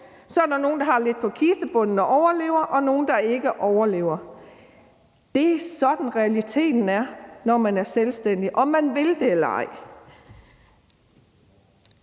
Så er der nogle, der har lidt på kistebunden og overlever, og andre, der ikke overlever. Det er sådan, realiteten er, når man er selvstændig, om man vil det eller ej.